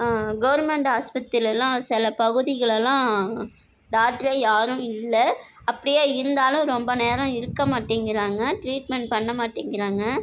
government ஆஸ்பத்திரிலெலாம் சில பகுதிகளெலாம் டாக்டரே யாரும் இல்லை அப்படியே இருந்தாலும் ரொம்ப நேரம் இருக்க மாட்டேங்கிறாங்க ட்ரீட்மென்ட் பண்ண மாட்டேங்கிறாங்க